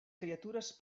criatures